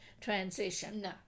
transition